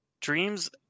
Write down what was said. dreams